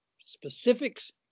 specifics